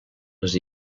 les